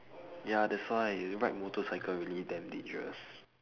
ya that's why ride motorcycle really damn dangerous